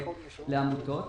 לעמותות.